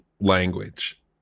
language